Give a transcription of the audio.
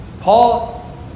Paul